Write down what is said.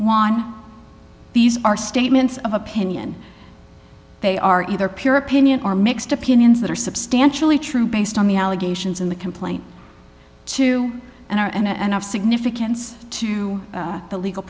one these are statements of opinion they are either pure opinion or mixed opinions that are substantially true based on the allegations in the complaint to and are and of significance to the legal